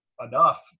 enough